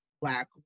Black